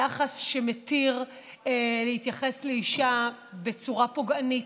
יחס שמתיר להתייחס לאישה בצורה פוגענית,